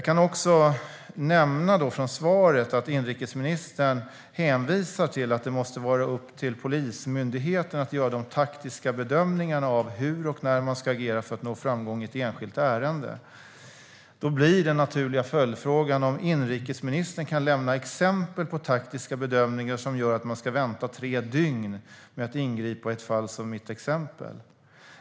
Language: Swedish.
Inrikesministern hänvisar i svaret till att det måste vara upp till Polismyndigheten att göra de taktiska bedömningarna av hur och när man ska agera för att nå framgång i ett enskilt ärende. Då blir den naturliga följdfrågan: Kan inrikesministern lämna exempel på taktiska bedömningar som gör att man ska vänta tre dygn med att ingripa i ett fall som mitt exempel?